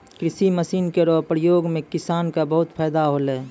कृषि मसीन केरो प्रयोग सें किसान क बहुत फैदा होलै